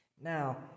Now